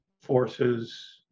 forces